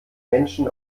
menschen